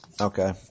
Okay